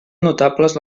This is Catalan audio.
notables